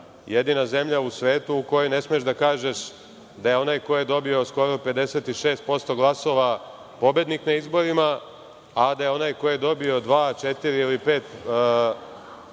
jedina zemlja u svetu u kojoj ne smeš da kažeš da je onaj ko je dobio skoro 56% glasova pobednik na izborima, a da je onaj ko je dobio 2%, 4% ili 5% glasova